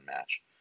match